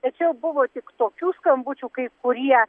tačiau buvo tik tokių skambučių kai kurie